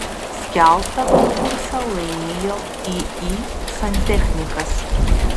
skelbtą konkursą laimėjo iį santechnikas